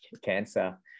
cancer